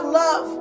love